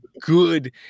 good